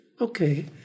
Okay